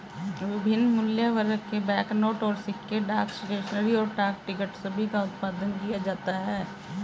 विभिन्न मूल्यवर्ग के बैंकनोट और सिक्के, डाक स्टेशनरी, और डाक टिकट सभी का उत्पादन किया जाता है